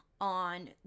on